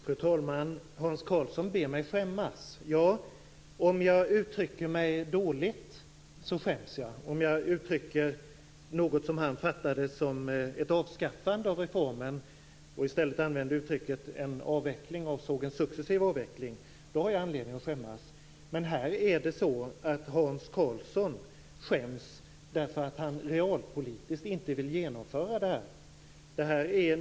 Fru talman! Hans Karlsson ber mig skämmas. Ja, om jag uttrycker mig dåligt skäms jag. Om jag uttrycker något som han uppfattar som ett avskaffande av reformen när jag i stället avser en successiv avveckling, har jag anledning att skämmas. Men här skäms Hans Karlsson, därför att han realpolitiskt inte vill genomföra det här beslutet.